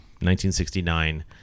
1969